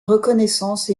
reconnaissance